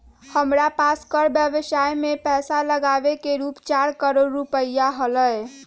हमरा पास कर व्ययवसाय में पैसा लागावे के रूप चार करोड़ रुपिया हलय